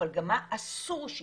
אבל גם מה אסור שיהיה.